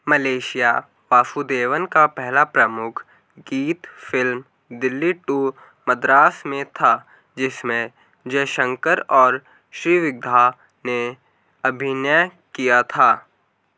Malaysia Vasudevan का पहला प्रमुख गीत फिल्म दिल्ली टू मद्रास में था जिसमें जयशंकर और श्रीविद्या ने अभिनय किया था